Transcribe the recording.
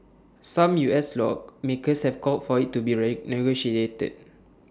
some U S lawmakers have called for IT to be renegotiated